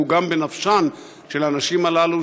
והוא גם בנפשן של הנשים האלה,